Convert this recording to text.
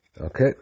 Okay